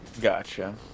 Gotcha